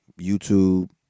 YouTube